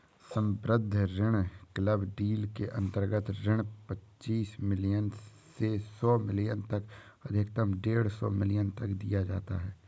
सम्बद्ध ऋण club deal के अंतर्गत ऋण पच्चीस मिलियन से सौ मिलियन तक अधिकतम डेढ़ सौ मिलियन तक दिया जाता है